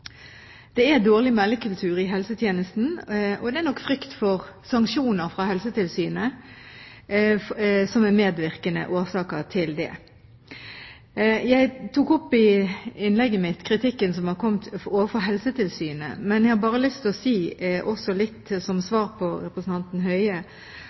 Det er en dårlig meldekultur i helsetjenesten, og frykt for sanksjoner fra Helsetilsynet er nok en medvirkende årsak til det. Jeg tok i innlegget mitt opp kritikken som er kommet overfor Helsetilsynet. Men jeg har også lyst til å si som svar til representanten Høie